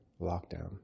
lockdown